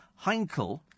Heinkel